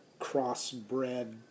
crossbred